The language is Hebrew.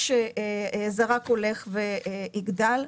שזה רק הולך ויגדל,